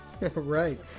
Right